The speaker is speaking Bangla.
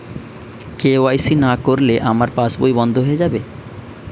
কে.ওয়াই.সি না করলে কি আমার পাশ বই বন্ধ হয়ে যাবে?